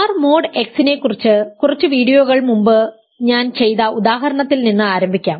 R mod x നെക്കുറിച്ച് കുറച്ച് വീഡിയോകൾ മുമ്പ് ഞാൻ ചെയ്ത ഉദാഹരണത്തിൽ നിന്ന് ആരംഭിക്കാം